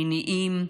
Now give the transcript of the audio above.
מיניים,